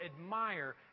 admire